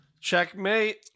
Checkmate